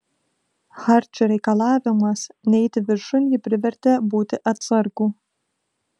hardžio reikalavimas neiti viršun jį privertė būti atsargų